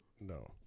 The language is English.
No